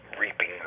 reaping